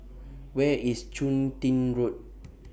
Where IS Chun Tin Road